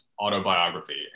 autobiography